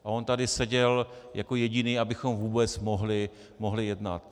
A on tady seděl jako jediný, abychom vůbec mohli jednat.